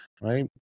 right